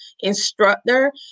instructor